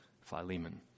Philemon